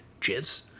jizz